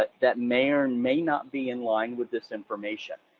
ah that may ah and may not be in line with this information,